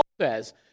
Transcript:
says